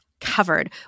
covered